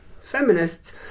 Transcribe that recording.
feminists